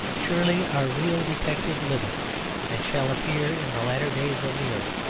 surely our real detective liveth and shall appear in the latter days of the earth.